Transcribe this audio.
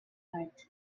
heart